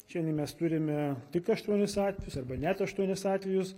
šiandien mes turime tik aštuonis atvejus arba net aštuonis atvejus